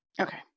Okay